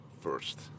first